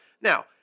Now